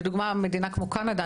לדוגמה מדינה כמו קנדה,